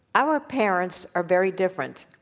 our parents are very different,